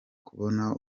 kubona